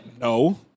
No